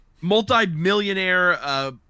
multi-millionaire